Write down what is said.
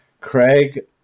Craig